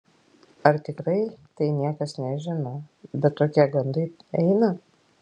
ar tikrai tai niekas nežino bet tokie gandai eina